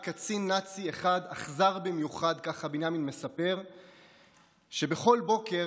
היה קצין נאצי אחד אכזר במיוחד שבכל בוקר,